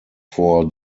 for